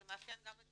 זה מאפיין גם את